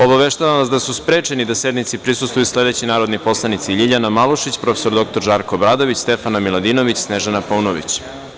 Obaveštavam vas da su sprečeni da sednici prisustvuju sledeći narodni poslanici: Ljiljana Malušić, prof. dr Žarko Obradović, Stefana Miladinović, Snežana Paunović.